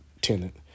tenant